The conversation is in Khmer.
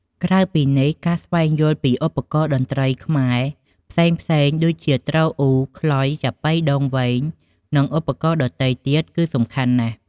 ក្រៅពីនេះ ការស្វែងយល់ពីឧបករណ៍តន្ត្រីខ្មែរផ្សេងៗ ដូចជា ទ្រអ៊ូ ខ្លុយ ចាប៉ីដងវែង និងឧបករណ៍ដទៃទៀត គឺសំខាន់ណាស់។